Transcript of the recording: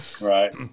Right